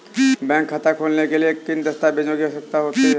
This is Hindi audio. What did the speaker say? बैंक खाता खोलने के लिए किन दस्तावेजों की आवश्यकता होती है?